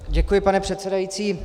Děkuji, pane předsedající.